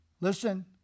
Listen